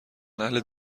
اهل